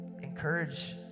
encourage